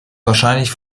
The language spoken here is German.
wahrscheinlich